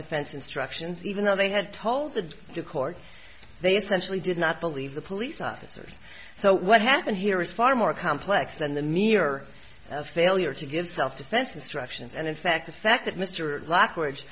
defense instructions even though they had told the court they essentially did not believe the police officers so what happened here is far more complex than the mere failure to give self defense instructions and in fact the fact that mr black w